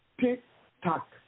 tick-tock